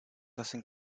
hacen